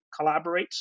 collaborates